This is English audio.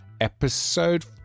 episode